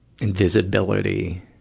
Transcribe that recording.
invisibility